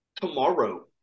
tomorrow